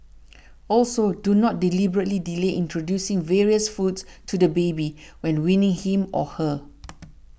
also do not deliberately delay introducing various foods to the baby when weaning him or her